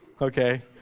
Okay